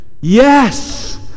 Yes